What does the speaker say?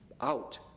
out